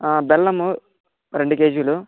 బెల్లము రెండు కేజీలు